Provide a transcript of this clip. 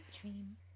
dream